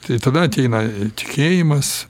tai tada ateina tikėjimas